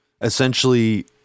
essentially